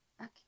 Okay